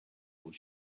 old